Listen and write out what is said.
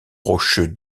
rocheux